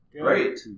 Great